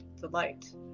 delight